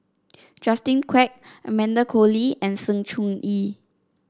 Justin Quek Amanda Koe Lee and Sng Choon Yee